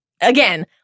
Again